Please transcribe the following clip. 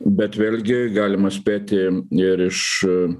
bet vėlgi galima spėti ir iš